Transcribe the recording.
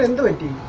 and twenty